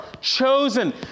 chosen